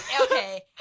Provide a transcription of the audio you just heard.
okay